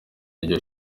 iryo